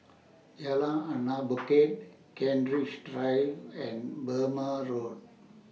Jalan Anak Bukit Kent Ridge Drive and Burmah Road